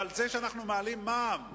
אבל זה שאנחנו מעלים את המע"מ בישראל,